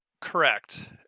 correct